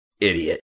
Idiot